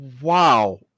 Wow